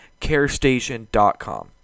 carestation.com